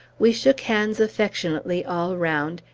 we shook hands affectionately all round,